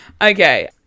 Okay